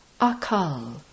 Akal